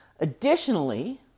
additionally